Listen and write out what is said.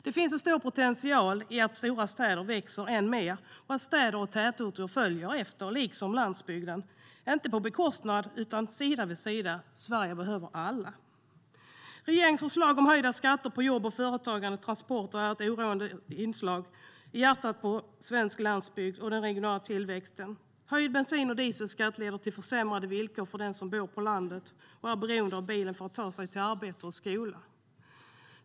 Det finns en stor potential i att stora städer växer än mer och att städer, tätorter och landsbygden följer efter, inte på bekostnad av någon annan utan sida vid sida. Sverige behöver alla. Regeringens förslag om höjda skatter på jobb, företagande och transporter är ett oroande slag rakt i hjärtat på svensk landsbygd och den regionala tillväxten. Höjd bensin och dieselskatt leder till försämrade villkor för den som bor på landet och är beroende av bilen för att ta sig till arbete och skola.